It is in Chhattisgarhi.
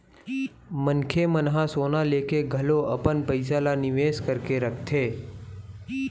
मनखे मन ह सोना लेके घलो अपन पइसा ल निवेस करके रखथे